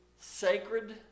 sacred